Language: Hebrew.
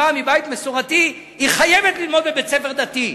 מבית מסורתי חייבת ללמוד בבית-ספר דתי.